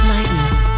Lightness